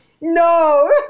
no